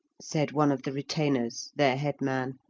said one of the retainers, their headman,